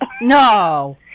No